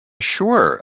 Sure